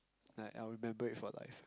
like I will remember it for life